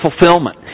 fulfillment